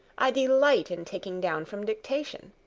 i delight in taking down from dictation.